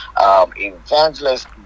Evangelist